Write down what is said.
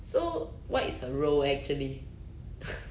so what is the role actually